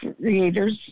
creator's